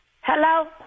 Hello